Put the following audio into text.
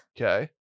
Okay